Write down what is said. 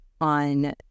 on